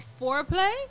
Foreplay